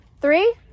Three